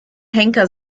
henker